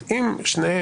לדעת.